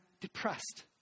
depressed